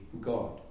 God